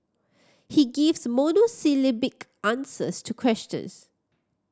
he gives monosyllabic answers to questions